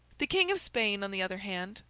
the king of spain, on the other hand,